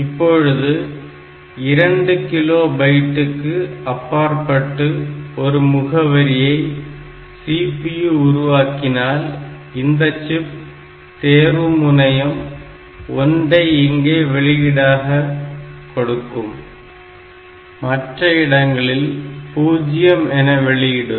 இப்பொழுது 2 கிலோ பைட்க்கு அப்பாற்பட்டு ஒரு முகவரியை CPU உருவாக்கினால் இந்த சிப் தேர்வு முனையம் 1 ஐ இங்கே வெளியீடாக கொடுக்கும் மற்ற இடங்களில் 0 என வெளியிடும்